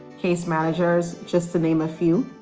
case managers just to name a few.